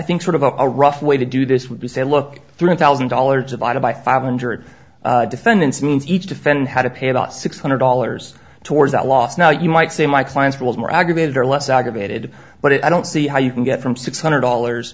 think sort of a rough way to do this would be say look three thousand dollars divided by five hundred defendants means each defendant had to pay about six hundred dollars towards a loss now you might say my clients was more aggravated or less aggravated but i don't see how you can get from six hundred dollars